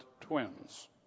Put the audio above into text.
twins